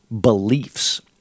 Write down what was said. beliefs